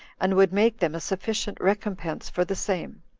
and would make them a sufficient recompense for the same.